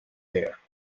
there